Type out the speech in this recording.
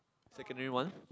secondary one